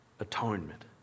atonement